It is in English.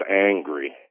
angry